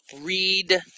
read